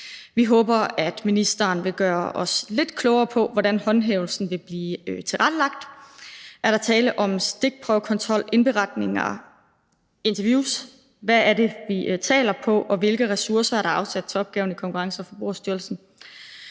Vi håber, at ministeren vil gøre os lidt klogere på, hvordan håndhævelsen vil blive tilrettelagt. Er der tale om stikprøvekontrol, indberetninger, interviews – hvad er det, vi taler om, og hvilke ressourcer er der afsat til opgaven i Konkurrence- og Forbrugerstyrelsen?